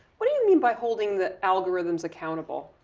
what do you mean by holding the algorithms accountable?